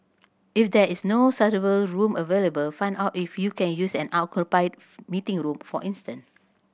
if there is no suitable room available find out if you can use an unoccupied meeting room for instance